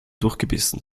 durchgebissen